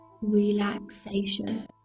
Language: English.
relaxation